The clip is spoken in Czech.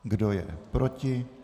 Kdo je proti?